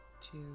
two